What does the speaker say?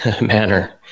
manner